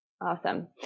Awesome